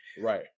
Right